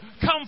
come